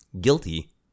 guilty